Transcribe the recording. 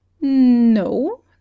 No